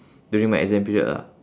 during my exam period lah